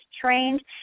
trained